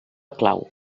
clau